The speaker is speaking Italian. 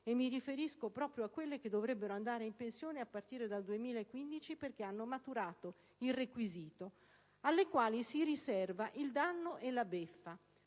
Mi riferisco proprio a quelle che dovrebbero andare in pensione a partire dal 2015 perché hanno maturato il requisito, alle quali si riserva il danno e la beffa.